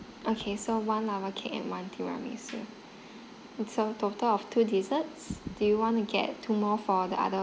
okay so one lava cake and one tiramisu so total of two desserts do you want to get two more for the other